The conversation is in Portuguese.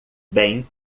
bem